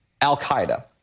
al-Qaeda